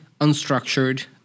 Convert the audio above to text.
unstructured